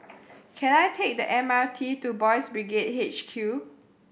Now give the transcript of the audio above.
can I take the M R T to Boys' Brigade H Q